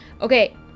Okay